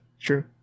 True